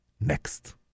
next